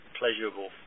pleasurable